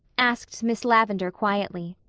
asked miss lavendar quietly.